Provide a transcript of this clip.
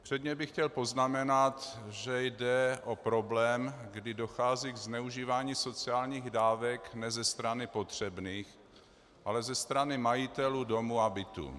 Předně bych chtěl poznamenat, že jde o problém, kdy dochází k zneužívání sociálních dávek ne ze strany potřebných, ale ze strany majitelů domů a bytů.